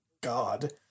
God